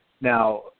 Now